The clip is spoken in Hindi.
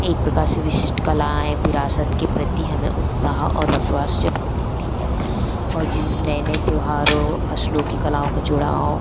एक प्रकार से विशिष्ट कलाएँ विरासत के प्रति हमें उत्साह और विश्वास से भर देती हैं और जिन जिन नए नए त्यौहारों फसलों की कलाओं का जुड़ाव